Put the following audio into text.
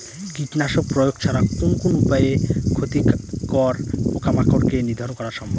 কীটনাশক প্রয়োগ ছাড়া কোন কোন উপায়ে ক্ষতিকর পোকামাকড় কে নিধন করা সম্ভব?